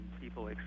people